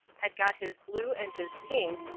had got his blue and his pink,